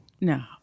No